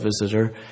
visitor